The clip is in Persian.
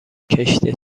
کشت